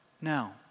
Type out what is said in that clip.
Now